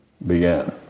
began